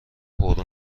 پررو